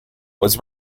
was